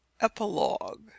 Epilogue